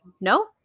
no